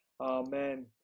Amen